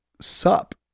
sup